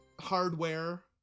hardware